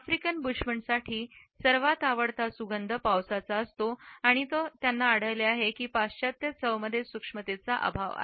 African बुशमनसाठी सर्वात आवडता सुगंध पावसाचा असतो आणि तो त्यांना आढळले की पाश्चात्य चव मध्ये सूक्ष्मतेचा अभाव आहे